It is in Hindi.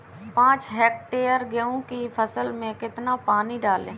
पाँच हेक्टेयर गेहूँ की फसल में कितना पानी डालें?